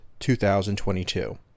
2022